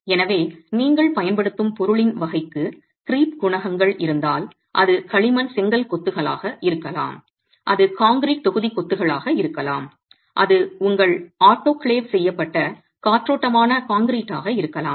எனவே நீங்கள் பயன்படுத்தும் பொருளின் வகைக்கு க்ரீப் குணகங்கள் இருந்தால் அது களிமண் செங்கல் கொத்துகளாக இருக்கலாம் அது கான்கிரீட் தொகுதி கொத்துகளாக இருக்கலாம் அது உங்கள் ஆட்டோகிளேவ் செய்யப்பட்ட காற்றோட்டமான கான்கிரீட்டாக இருக்கலாம்